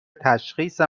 تشخیص